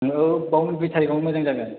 औ बेयावनो दुइ थारिकआवनो मोजां जागोन